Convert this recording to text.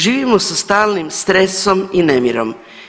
Živimo sa stalnim stresom i nemirom.